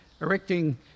erecting